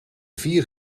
vier